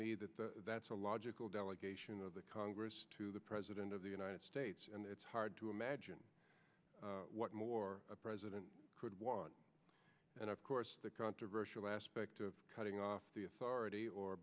me that the that's a logical delegation of the congress to the president of the united states and it's hard to imagine what more a president could want and of course the controversial aspect of cutting off the authority or